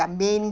I mean